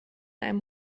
einem